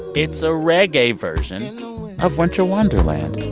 it's a reggae version of winter wonderland.